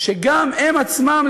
שגם הם עצמם,